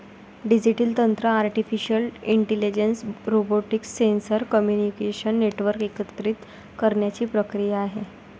digital तंत्र artificial intelligence, robotics, sensor, communication network एकत्रित करण्याची प्रक्रिया आहे